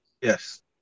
Yes